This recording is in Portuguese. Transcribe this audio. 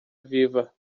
viva